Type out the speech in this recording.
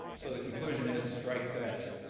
so the conclusion is strike fast.